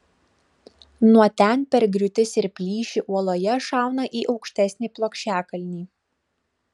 nuo ten per griūtis ir plyšį uoloje šauna į aukštesnį plokščiakalnį